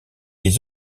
des